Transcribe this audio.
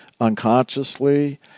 unconsciously